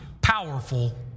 powerful